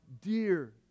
dear